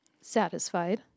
Satisfied